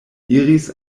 iris